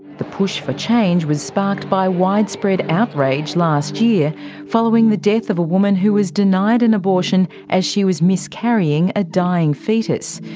the push for change was sparked by widespread outrage last year following the death of a woman who was denied an abortion as she was miscarrying a dying foetus.